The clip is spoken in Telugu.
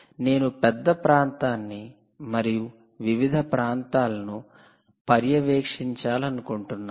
నేను పెద్ద ప్రాంతాన్ని మరియు వివిధ ప్రాంతాలను పర్యవేక్షించాలనుకుంటున్నాను